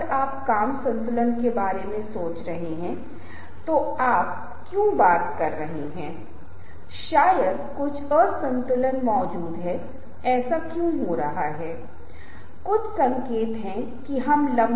हम कहते हैं कि हम कोल्ड ड्रिंक की एक बोतल खरीदने की बात कर रहे हैं और मुझे केवल दो कोल्ड ड्रिंक्स के नाम याद हैं इसलिए मैं उनमें से किसी एक को चुनूंगा